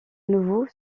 nouveau